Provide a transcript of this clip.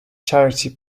charity